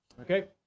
Okay